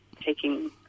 taking